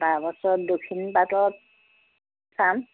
তাৰপাছত দক্ষিণপাটত চাম